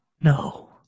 No